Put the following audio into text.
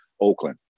Oakland